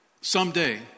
someday